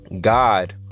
god